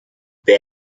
band